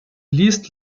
least